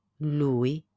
Lui